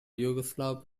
yugoslav